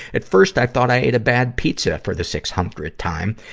at first, i thought i ate a bad pizza for the six hundredth time.